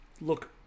look